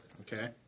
Okay